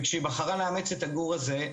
כשהיא בחרה לאמץ את הגור הזה,